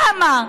למה?